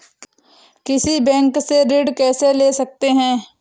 किसी बैंक से ऋण कैसे ले सकते हैं?